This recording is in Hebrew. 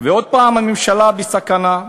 ועוד פעם הממשלה בסכנה,